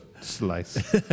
slice